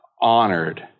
honored